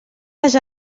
les